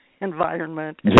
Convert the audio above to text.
environment